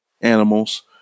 animals